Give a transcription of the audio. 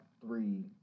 three